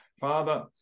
Father